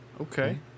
Okay